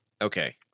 Okay